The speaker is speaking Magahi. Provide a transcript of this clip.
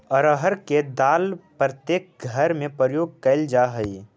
अरहर के दाल प्रत्येक घर में प्रयोग कैल जा हइ